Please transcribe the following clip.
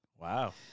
Wow